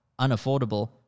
unaffordable